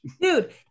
Dude